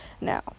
now